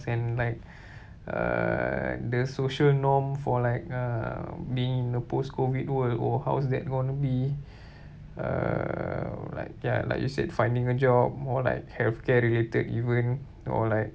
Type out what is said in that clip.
and like uh the social norm for like uh being in the post COVID world oh how's that gonna be uh like ya like you said finding a job more like healthcare related even or like